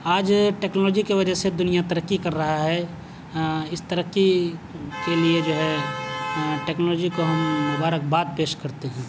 آج ٹیکنالوجی کی وجہ سے دنیا ترقی کر رہا ہے اس ترقی کے لیے جو ہے ٹیکنالوجی کو ہم مبارکباد پیش کرتے ہیں